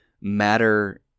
matter